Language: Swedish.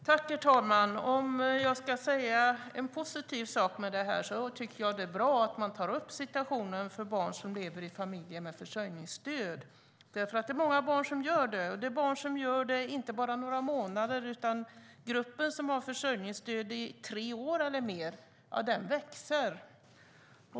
Herr talman! Om jag ska säga en positiv sak med detta är det att jag tycker att det är bra att man tar upp situationen för barn som lever i familjer med försörjningsstöd. Det är många barn som gör det, och det är många som gör det inte bara i några månader. Den grupp som har försörjningsstöd i tre år eller mer växer.